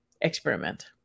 experiment